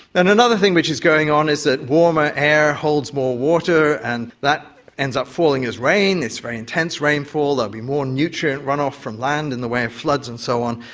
and another thing which is going on is that warmer air holds more water and that ends up falling as rain, it's very intense rainfall, there will be more nutrient run-off from land in the way of floods and so on,